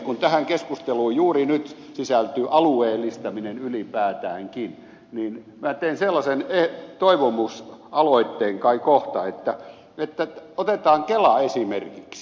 kun tähän keskusteluun juuri nyt sisältyy alueellistaminen ylipäätäänkin niin minä teen sellaisen toivomusaloitteen kai kohta että otetaan kela esimerkiksi